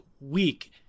week